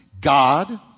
God